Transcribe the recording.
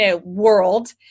world